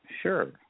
Sure